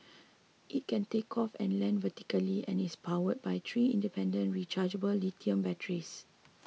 it can take off and land vertically and is powered by three independent rechargeable lithium batteries